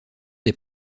des